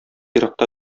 еракта